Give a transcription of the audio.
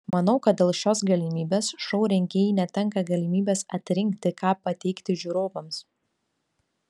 manau kad dėl šios galimybės šou rengėjai netenka galimybės atrinkti ką pateikti žiūrovams